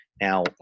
Now